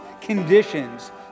conditions